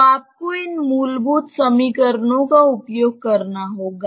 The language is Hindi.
तो आपको इन मूलभूत समीकरणों का उपयोग करना होगा